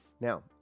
Now